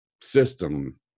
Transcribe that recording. system